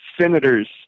senators